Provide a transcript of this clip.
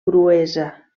cruesa